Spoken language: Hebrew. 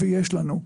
ויש לנו.